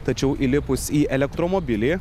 tačiau įlipus į elektromobilį